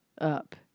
up